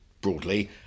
broadly